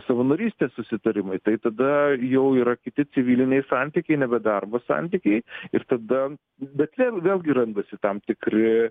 savanorystė susitarimai tai tada jau yra kiti civiliniai santykiai nebe darbo santykiai ir tada bet vėl vėlgi randasi tam tikri